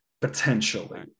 potentially